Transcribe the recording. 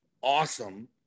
awesome